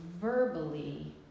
verbally